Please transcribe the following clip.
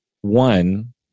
one